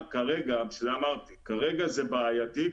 כרגע זה בעייתי,